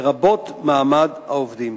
לרבות מעמד העובדים.